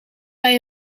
bij